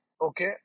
Okay